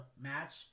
match